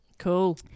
cool